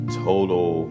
total